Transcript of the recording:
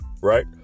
right